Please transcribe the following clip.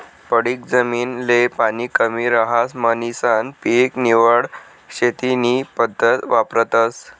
पडीक जमीन ले पाणी कमी रहास म्हणीसन पीक निवड शेती नी पद्धत वापरतस